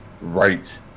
right